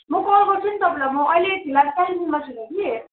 म कल गर्छु नि तपाईँलाई म अहिले फिलहाल कालिम्पोङमा छुइनँ कि